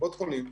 לקופות חולים.